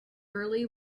early